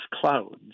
clouds